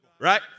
Right